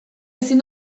ezin